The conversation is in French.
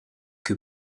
que